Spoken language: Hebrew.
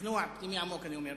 שכנוע פנימי עמוק אני אומר,